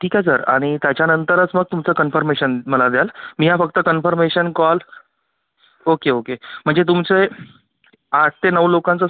ठीक आहे सर आणि त्याच्यानंतरच मग तुमचं कन्फर्मेशन मला द्याल मी हा फक्त कन्फर्मेशन कॉल ओके ओके म्हणजे तुमचे आठ ते नऊ लोकांचा